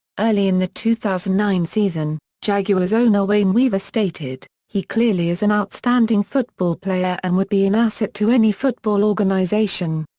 early in the two thousand and nine season, jaguars owner wayne weaver stated he clearly is an outstanding football player and would be an asset to any football organization.